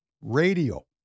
Radio